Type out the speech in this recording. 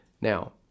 Now